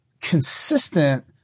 consistent